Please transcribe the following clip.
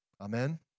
Amen